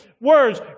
words